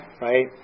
right